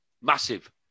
Massive